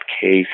case